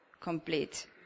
complete